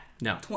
No